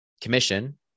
commission